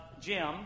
Jim